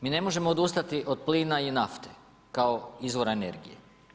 Mi ne možemo odustati od plina i nafte kao izvora energije.